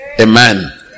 Amen